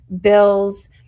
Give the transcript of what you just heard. bills